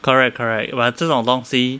correct correct but 这种东西